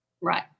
Right